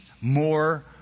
more